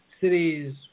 cities